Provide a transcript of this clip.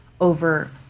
over